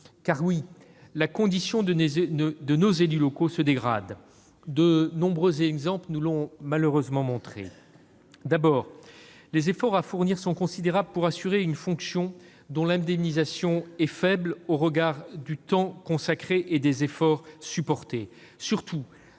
Oui, la condition de nos élus locaux se dégrade. De nombreux exemples nous l'ont malheureusement montré. D'abord, les efforts à fournir pour assurer une fonction dont l'indemnisation est faible au regard du temps consacré et des efforts consentis